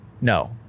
no